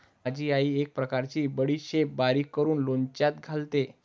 माझी आई एक प्रकारची बडीशेप बारीक करून लोणच्यात घालते